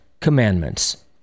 Commandments